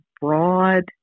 broad